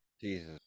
Jesus